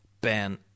Ben